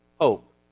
hope